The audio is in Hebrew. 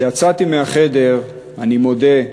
כשיצאתי מהחדר, אני מודה,